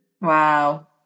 Wow